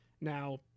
now